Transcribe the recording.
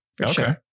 Okay